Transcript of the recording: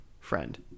friend